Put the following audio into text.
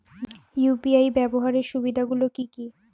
UPI ব্যাবহার সুবিধাগুলি কি কি?